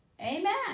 Amen